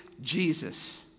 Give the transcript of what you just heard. Jesus